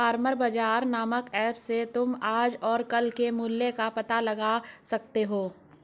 farmer बाजार नामक app से तुम आज और कल के मूल्य का पता लगा सकते हो